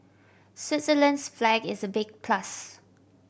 Switzerland's flag is a big plus